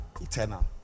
eternal